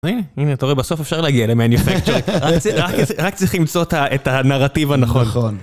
הנה, אתה רואה, בסוף אפשר להגיע ל-Manufacture, רק צריך למצוא את הנרטיב הנכון.